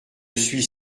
suis